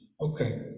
Okay